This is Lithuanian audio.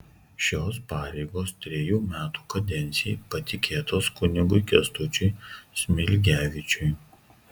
šios pareigos trejų metų kadencijai patikėtos kunigui kęstučiui smilgevičiui